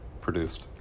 produced